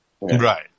Right